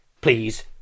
please